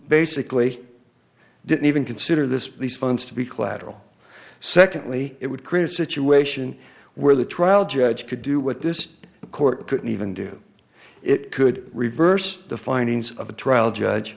basically didn't even consider this these funds to be collateral secondly it would create a situation where the trial judge could do what this court couldn't even do it could reverse the findings of the trial judge